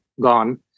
gone